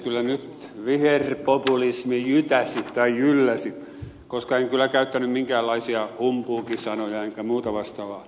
kyllä nyt viherpopulismi jytäsi tai jylläsi koska en kyllä käyttänyt minkäänlaisia humpuuki sanoja enkä muuta vastaavaa